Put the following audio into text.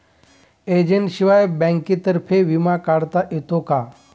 एजंटशिवाय बँकेतर्फे विमा काढता येतो का?